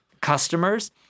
customers